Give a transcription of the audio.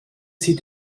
sie